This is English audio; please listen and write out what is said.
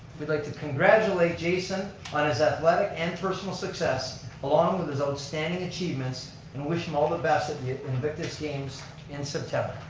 we'd like to congratulate jason on his athletic and personal success along with his outstanding achievements and wish him all the best at the invictus games in september.